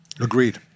Agreed